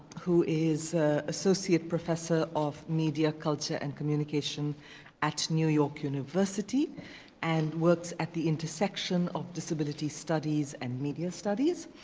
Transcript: who is a associate professor of media culture and communication at new york university and works at the intersection of disability studies and media studies.